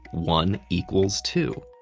one equals two.